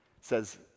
says